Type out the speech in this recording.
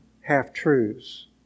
half-truths